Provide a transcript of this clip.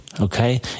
Okay